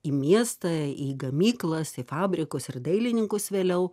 į miestą į gamyklas į fabrikus ir dailininkus vėliau